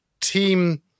team